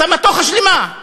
סמטוחה שלמה.